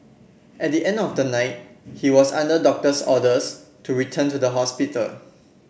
at the end of the night he was under doctor's orders to return to the hospital